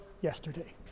yesterday